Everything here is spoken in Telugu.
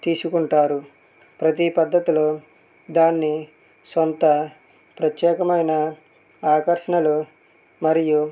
తీసుకుంటారు ప్రతీ పద్దతిలో దాన్ని సొంత ప్రత్యేకతమైన ఆకర్షణలు మరియు